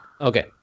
Okay